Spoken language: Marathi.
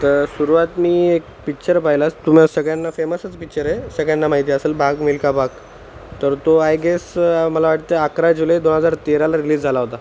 तर सुरुवात मी एक पिक्चर पाहिलास तुम्हाला सगळ्यांना फेमसच पिक्चर आहे सगळ्यांना माहिती असेल भाग मिल्खा भाग तर तो आय गेस मला वाटतं आहे अकरा जुलै दोन हजार तेराला रिलिज झाला होता